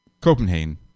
Copenhagen